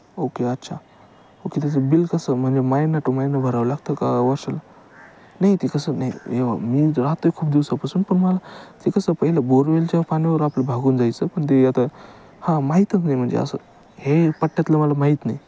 okay अच्छा okay त्याचं bill कसं म्हणजे महिना टू महिना भरावं लागतं का वर्षाला नाही ते कसं नाही आहे मी राहतो आहे खूप दिवसापासून पण मला ते कसं पहिलं बोर वेलच्या पाण्यावर आपलं भागून जायचं पण ते आता हां माहीतच नाही म्हणजे असं हे पट्ट्यातलं मला माहीत नाही